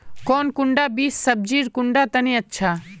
कौन कुंडा बीस सब्जिर कुंडा तने अच्छा?